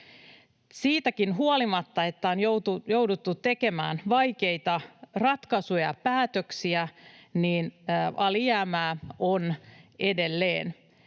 Siitäkin huolimatta, että on jouduttu tekemään vaikeita ratkaisuja ja päätöksiä, alijäämää on edelleen,